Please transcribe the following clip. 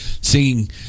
singing